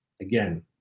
again